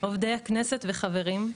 עובדי הכנסת וחברים.